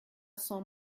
sans